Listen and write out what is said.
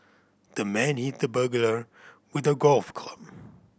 the man hit the burglar with a golf club